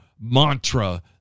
mantra